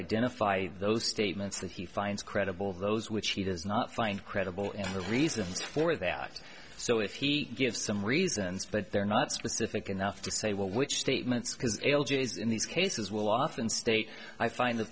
identify those statements that he finds credible those which he does not find credible and the reasons for that so if he give some reasons but they're not specific enough to say well which statements in these cases will often state i find th